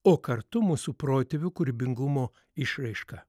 o kartu mūsų protėvių kūrybingumo išraiška